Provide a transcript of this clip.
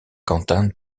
quentin